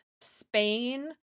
Spain